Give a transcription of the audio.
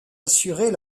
assurer